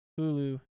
Hulu